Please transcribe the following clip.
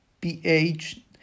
pH